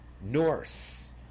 Norse